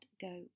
go